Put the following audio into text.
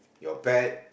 your pet